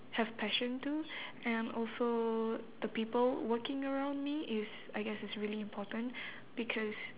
have passion to and also the people working around me is I guess is really important because